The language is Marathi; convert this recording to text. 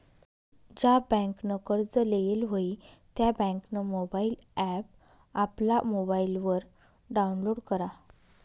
ज्या बँकनं कर्ज लेयेल व्हयी त्या बँकनं मोबाईल ॲप आपला मोबाईलवर डाऊनलोड करा